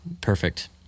Perfect